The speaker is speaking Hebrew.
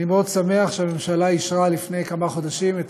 אני מאוד שמח שהממשלה אישרה לפני כמה חודשים את